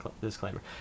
Disclaimer